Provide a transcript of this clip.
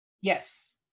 Yes